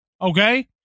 Okay